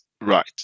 right